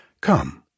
Come